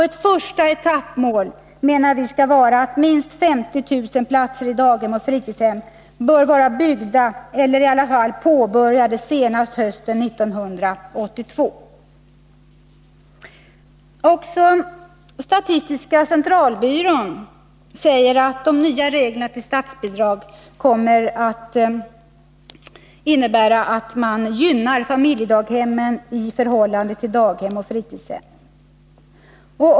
Ett första etappmål bör vara att minst 50 000 platser i daghem och fritidshem är byggda eller i alla fall påbörjade senast hösten 1982. Också statistiska centralbyrån säger att de nya reglerna för statsbidrag kommer att innebära att man gynnar familjedaghemmen i förhållande till daghem och fritidshem.